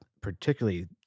particularly –